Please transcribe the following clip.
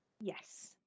Yes